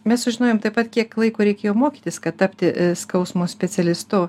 mes sužinojom taip pat kiek laiko reikėjo mokytis kad tapti skausmo specialistu